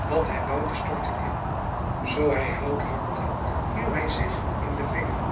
wat hij bouwde stortte in zoo hij hout hakte hieuw hij zich in den vinger